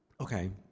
Okay